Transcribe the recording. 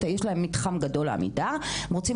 יש להם מתחם גדול לעמידר הם רוצים